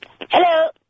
Hello